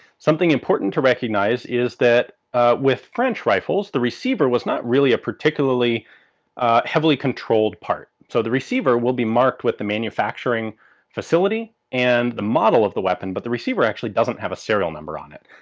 something important to recognise is that with french rifles the receiver was not really a particularly heavily controlled part. so the receiver will be marked with the manufacturing facility and the model of the weapon, but the receiver actually doesn't have a serial number on it.